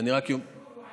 שחרור הוא על